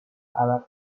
عرق